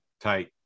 Tight